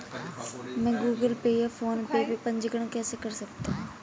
मैं Google Pay या PhonePe में पंजीकरण कैसे कर सकता हूँ?